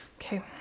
Okay